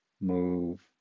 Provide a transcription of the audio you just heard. move